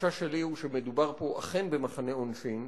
החשש שלי שמדובר פה אכן במחנה עונשין.